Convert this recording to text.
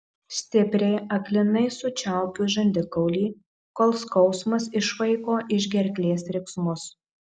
stipriai aklinai sučiaupiu žandikaulį kol skausmas išvaiko iš gerklės riksmus